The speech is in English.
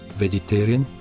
vegetarian